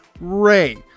ray